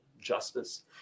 justice